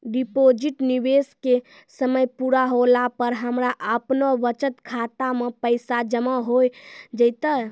Deposit निवेश के समय पूरा होला पर हमरा आपनौ बचत खाता मे पैसा जमा होय जैतै?